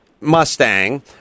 Mustang